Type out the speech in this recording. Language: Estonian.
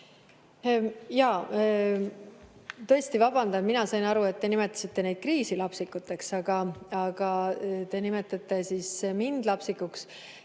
Jaa, ma tõesti vabandan, mina sain aru, et te nimetasite neid kriise lapsikuteks, aga te nimetate mind lapsikuks.